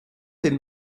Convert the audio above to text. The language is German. den